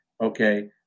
okay